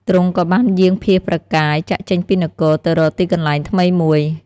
ទ្រង់ក៏បានយាងភៀសព្រះកាយចាកចេញពីនគរ ទៅរកទីកន្លែងថ្មីមួយ។